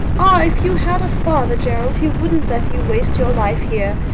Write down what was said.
ah, if you had a father, gerald, he wouldn't let you waste your life here.